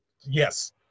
yes